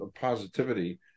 positivity